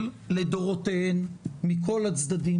אחת הבעיות של החוג הפוליטי שלהם זה שאתם אף פעם לא מתנצלים.